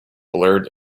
blurred